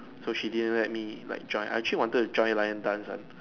so she didn't let me like join I actually wanted to join lion dance one